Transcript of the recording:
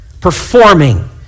performing